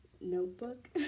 notebook